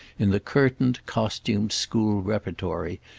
in the curtained costumed school repertory,